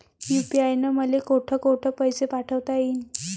UPI न मले कोठ कोठ पैसे पाठवता येईन?